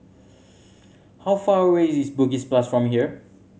how far away is Bugis from here